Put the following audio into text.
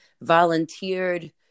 volunteered